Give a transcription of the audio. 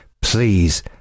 Please